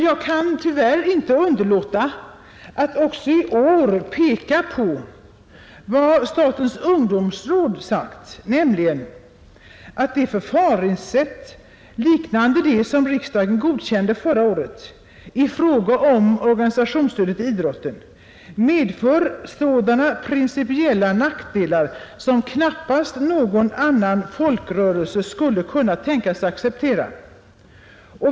Jag kan tyvärr inte underlåta att också i år peka på vad statens ungdomsråd har uttalat, nämligen att ett förfaringssätt liknande det som riksdagen godkände förra året i fråga om organisationsstödet till idrotten medför sådana principiella nackdelar som knappast någon annan folkrörelse skulle kunna tänkas acceptera.